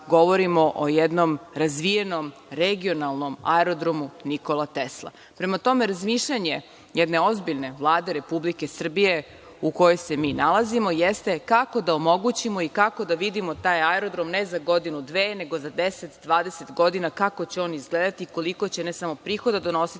govorimo o jednom razvijenom regionalnom aerodromu „Nikola Tesla“.Prema tome, razmišljanje jedne ozbiljne Vlade Republike Srbije u kojoj se mi nalazimo jeste kako da omogućimo i kako da vidimo taj aerodrom ne za godinu, dve, nego za deset, dvadeset godina kako će on izgledati i koliko će ne samo prihoda donositi,